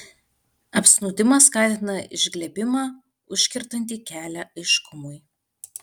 apsnūdimas skatina išglebimą užkertantį kelią aiškumui